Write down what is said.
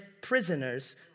prisoners